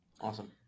Awesome